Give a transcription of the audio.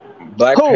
Black